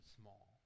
small